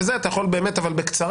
אתה יכול באמת בקצרה.